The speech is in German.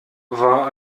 war